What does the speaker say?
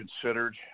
considered